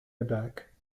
aback